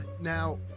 now